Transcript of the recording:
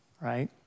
right